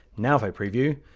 now if i preview,